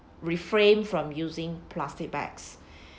refrain from using plastic bags